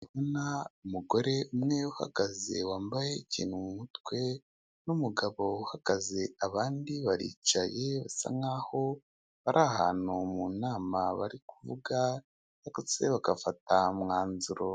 Ndikubona umugore umwe uhagaze wambaye ikintu mumutwe n'umugabo uhagaze abandi baricaye bisa nkaho bari ahantu mu nama bari kuvuga bagafata umwanzuro ,